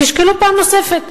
הרחב, תשקלו פעם נוספת.